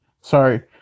sorry